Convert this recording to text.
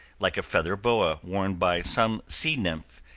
like a feather boa worn by some sea nymph,